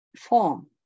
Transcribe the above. form